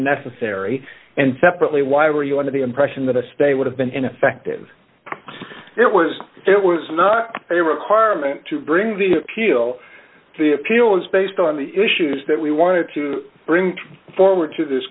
unnecessary and separately why were you under the impression that a stay would have been ineffective it was it was not a requirement to bring the appeal the appeal was based on the issues that we wanted to bring forward to this